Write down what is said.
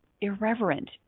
irreverent